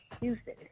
Houston